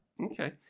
Okay